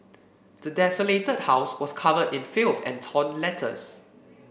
the desolated house was covered in filth and torn letters